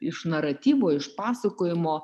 iš naratyvo iš pasakojimo